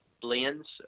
blends